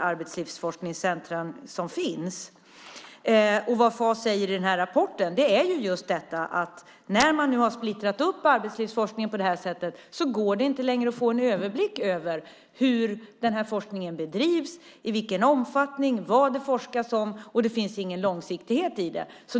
arbetslivsforskningscentrum som finns. Vad Fas säger i rapporten är just att när man har splittrat upp arbetslivsforskningen på det här sättet går det inte längre att få överblick över hur forskningen bedrivs, i vilken omfattning eller vad det forskas om, och det finns ingen långsiktighet i det.